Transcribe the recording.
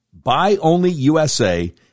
buyonlyusa